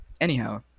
Anyhow